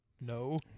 No